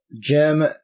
Jim